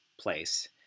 place